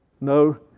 No